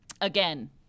again